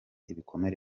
ibikomere